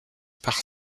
par